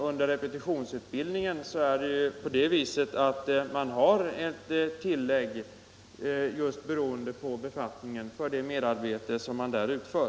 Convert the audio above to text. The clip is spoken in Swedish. Under repetitionsutbildningen har man ett tillägg — för värnpliktiga beroende på just befattningen för det merarbete som man där utför.